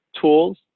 tools